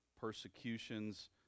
persecutions